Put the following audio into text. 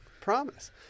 Promise